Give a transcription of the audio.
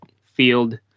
Field